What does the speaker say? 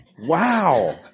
Wow